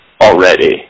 already